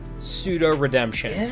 pseudo-redemption